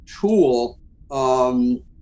tool